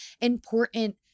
important